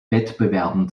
wettbewerben